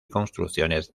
construcciones